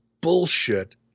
bullshit